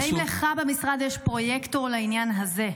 אבל האם לך במשרד יש פרויקטור לעניין הזה?